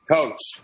Coach